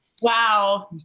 wow